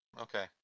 Okay